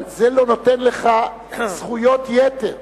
אבל זה לא נותן לך זכויות יתר.